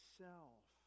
self